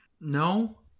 No